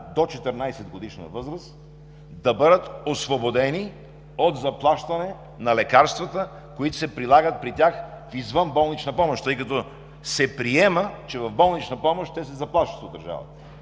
до 14-годишна възраст да бъдат освободени от заплащане на лекарствата, които се прилагат при тях в извънболничната помощ, тъй като се приема, че в болничната помощ те се заплащат от държавата.